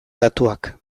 datuak